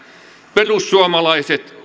perussuomalaiset